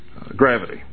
gravity